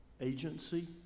agency